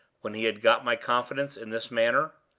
when he had got my confidence in this manner,